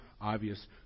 obvious